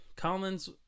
Collins